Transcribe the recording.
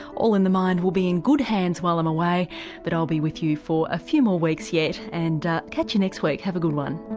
all in the mind will be in good hands while i'm away but i'll be with you for a few more weeks yet. and catch you next week. have a good one